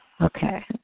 Okay